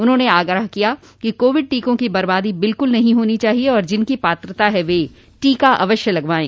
उन्होंने आग्रह किया कि कोविड टीको की बर्बादी बिल्कुल नहीं होनी चाहिए और जिनकी पात्रता है वे टीका अवश्य लगवाएं